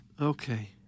Okay